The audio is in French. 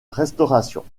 restauration